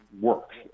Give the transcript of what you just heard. works